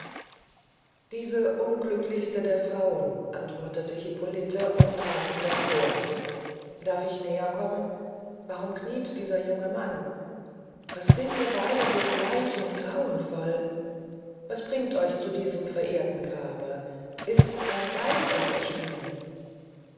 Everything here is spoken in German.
die unglücklichste der frauen antwortete hippolite und trat in das chor darf ich näher kommen warum kniet dieser junge mann was seht ihr beyde so bleich und grauenvoll was bringt euch zu diesem verehrten grabe ist ein geist euch erschienen